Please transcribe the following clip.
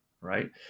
right